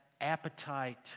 appetite